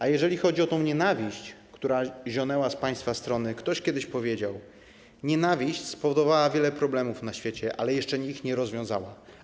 A jeżeli chodzi o tę nienawiść, które zionęła z państwa strony, to ktoś kiedyś powiedział: nienawiść spowodowała wiele problemów na świecie, ale jeszcze ich nie rozwiązała.